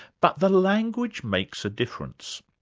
but the language makes a difference.